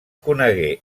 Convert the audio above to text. conegué